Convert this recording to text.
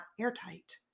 airtight